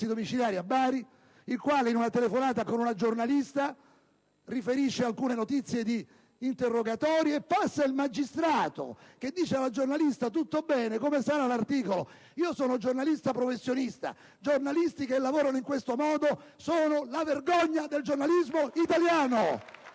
domiciliari a Bari, il quale in una telefonata con una giornalista riferisce alcune notizie di interrogatori e poi le passa il magistrato, che dice alla giornalista: «Tutto bene? Come sarà l'articolo?». Io sono un giornalista professionista: giornalisti che lavorano in questo modo sono la vergogna del giornalismo italiano.